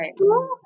Right